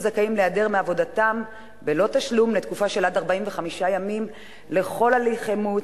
זכאים להיעדר מעבודתם בלא תשלום לתקופה שעד 45 ימים לכל הליך אימוץ,